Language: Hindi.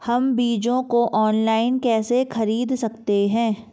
हम बीजों को ऑनलाइन कैसे खरीद सकते हैं?